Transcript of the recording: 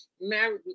married